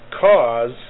cause